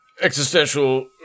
existential